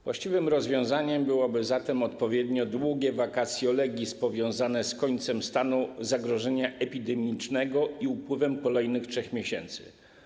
Właściwym rozwiązaniem byłoby zatem odpowiednio długie vacatio legis powiązane z końcem stanu zagrożenia epidemicznego i upływem kolejnych 3 miesięcy.